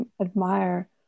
admire